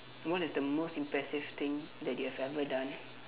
what is the most impressive thing that you have ever done